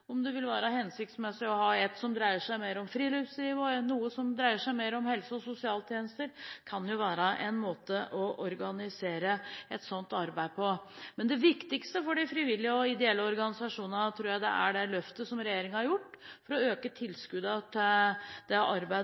om det vil være hensiktsmessig å ha noe som dreier seg mer om friluftsliv, og noe som dreier seg mer om helse- og sosialtjenester. Det kan jo være en måte å organisere et sånt arbeid på. Men det viktigste for de frivillige og ideelle organisasjonene tror jeg er det løftet som regjeringen har gjort ved å øke tilskuddene til det arbeid